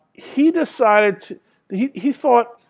he decided he he thought